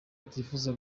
atifuza